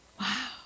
Wow